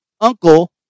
Uncle